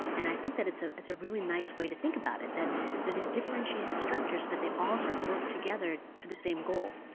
and i think that it's ah it's a really nice way to think about it, that that there's differentiated structures but they all sort of work together for the same goal.